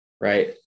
right